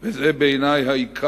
על כך, וזה בעיני העיקר,